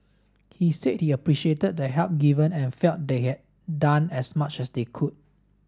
he said he appreciated the help given and felt they had done as much as they could